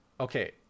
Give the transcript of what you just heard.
Okay